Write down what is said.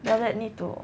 like that need to